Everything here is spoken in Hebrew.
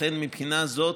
לכן, מבחינה זו,